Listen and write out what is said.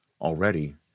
already